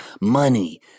money